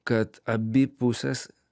kad abi pusės